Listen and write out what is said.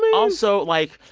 also, like,